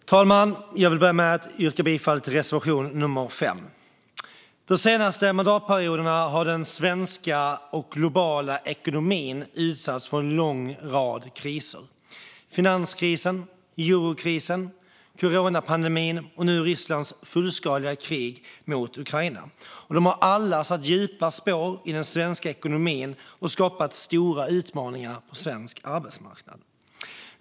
Herr talman! Jag vill börja med att yrka bifall till reservation nummer 5. Under de senaste mandatperioderna har den svenska och den globala ekonomin utsatts för en lång rad kriser. Finanskrisen, eurokrisen, coronapandemin och nu Rysslands fullskaliga krig mot Ukraina har alla satt djupa spår i svensk ekonomi och skapat stora utmaningar på svensk arbetsmarknad.